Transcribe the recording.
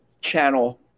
channel